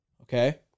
Okay